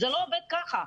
זה לא עובד כך.